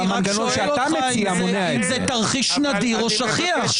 אני רק שואל אם זה תרחיש נדיר או שכיח,